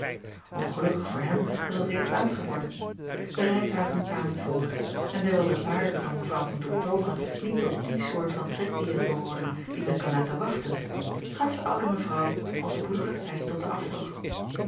ngelukkig voor hem was het reeds laat geworden de rijtuigen kwamen voor en dewijl de paarden van w an oertoghe niet tot die soort van trekdieren behoorden die men kan laten wachten gaf de oude evrouw al spoedig het sein tot den aftocht